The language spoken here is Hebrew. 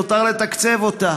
רק נותר לתקצב אותה.